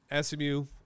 SMU